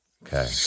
Okay